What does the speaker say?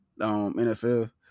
NFL